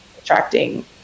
attracting